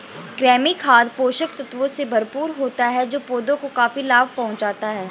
कृमि खाद पोषक तत्वों से भरपूर होता है जो पौधों को काफी लाभ पहुँचाता है